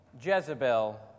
Jezebel